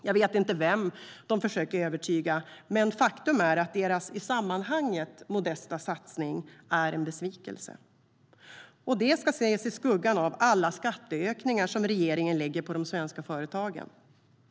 Jag vet inte vem de försöker övertyga, men faktum är att deras i sammanhanget modesta satsning är en besvikelse. Det ska ses i skuggan av alla skatteökningar som regeringen lägger på de svenska företagen.